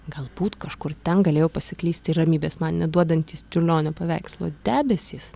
galbūt kažkur ten galėjo pasiklysti ir ramybės man neduodantys čiurlionio paveikslo debesys